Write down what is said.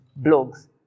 blogs